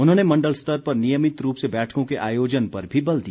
उन्होंने मण्डल स्तर पर नियमित रूप से बैठकों के आयोजन पर भी बल दिया